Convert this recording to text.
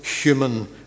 human